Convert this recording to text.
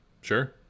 sure